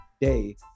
day